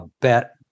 bet